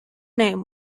name